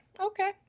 Okay